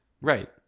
right